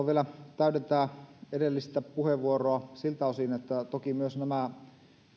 vielä täydentää edellistä puheenvuoroani siltä osin että toki myös nämä